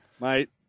mate